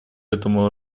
этому